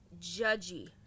judgy